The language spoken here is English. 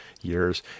years